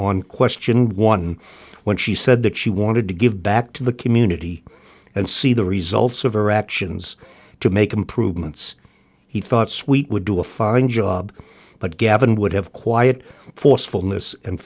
on questioned one when she said that she wanted to give back to the community and see the results of our actions to make improvements he thought sweet would do a foreign job but gavin would have quiet forcefulness and